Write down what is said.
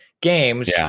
games